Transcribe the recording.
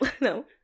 No